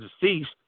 deceased